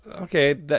okay